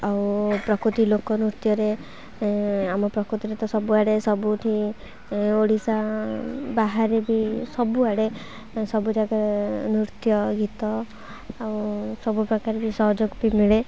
ଆଉ ପ୍ରକୃତି ଲୋକ ନୃତ୍ୟରେ ଆମ ପ୍ରକୃତିରେ ତ ସବୁଆଡ଼େ ସବୁଠି ଓଡ଼ିଶା ବାହାରେ ବି ସବୁଆଡ଼େ ସବୁ ଜାଗାରେ ନୃତ୍ୟ ଗୀତ ଆଉ ସବୁ ପ୍ରକାର ବି ସହଯୋଗ ବି ମିଳେ